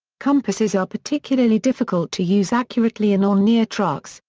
compasses are particularly difficult to use accurately in or near trucks,